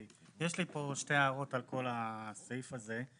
יש לי פה שתי הערות על כל הסעיף הזה.